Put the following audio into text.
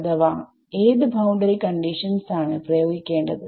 അഥവാ ഏത് boundary conditions ആണ് പ്രയോഗിക്കേണ്ടത്